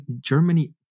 Germany